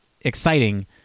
exciting